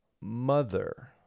mother